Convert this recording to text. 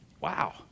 Wow